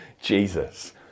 Jesus